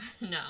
No